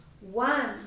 One